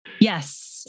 Yes